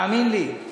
תאמין לי.